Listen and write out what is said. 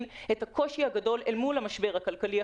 את הקושי הגדול אל מול המשבר הכלכלי,